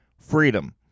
freedom